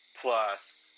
plus